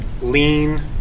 lean